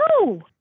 No